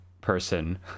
person